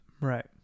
Right